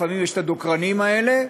לפעמים ישנם הדוקרנים האלה,